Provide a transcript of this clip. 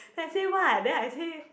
I say what then I say